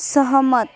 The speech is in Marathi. सहमत